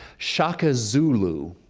shaka zulu,